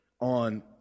on